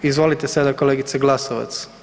Izvolite sada kolegice Glasovac.